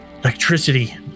electricity